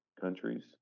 countries